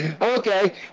Okay